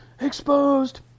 Exposed